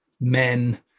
men